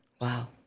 Wow